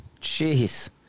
jeez